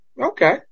Okay